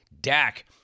Dak